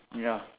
ya